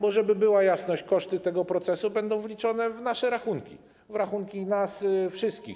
Bo żeby była jasność, koszty tego procesu będą wliczone w nasze rachunki, w rachunki nas wszystkich.